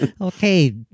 okay